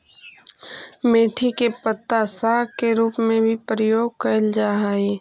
मेथी के पत्ता साग के रूप में भी प्रयोग कैल जा हइ